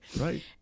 Right